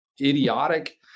idiotic